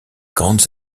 grandes